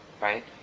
right